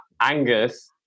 Angus